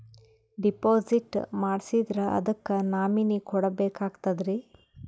Deposit ಮಾಡ್ಸಿದ್ರ ಅದಕ್ಕ nominee ಕೊಡಬೇಕಾಗ್ತದ್ರಿ?